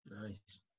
Nice